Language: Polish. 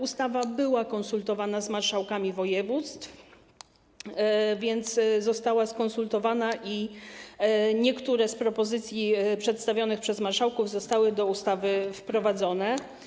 Ustawa była konsultowana z marszałkami województw, została skonsultowana i niektóre z propozycji przedstawionych przez marszałków zostały do ustawy wprowadzone.